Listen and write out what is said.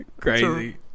crazy